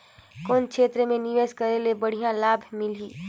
कौन क्षेत्र मे निवेश करे ले बढ़िया लाभ मिलही?